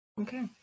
Okay